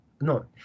no